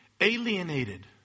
alienated